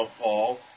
Paul